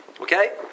Okay